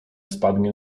spadnie